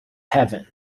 heaven